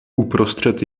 uprostřed